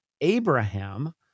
Abraham